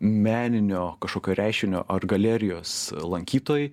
meninio kažkokio reiškinio ar galerijos lankytojai